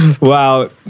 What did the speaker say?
Wow